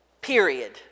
period